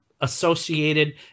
associated